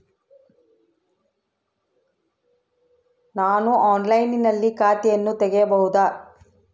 ನಾನು ಆನ್ಲೈನಿನಲ್ಲಿ ಖಾತೆಯನ್ನ ತೆಗೆಯಬಹುದಾ?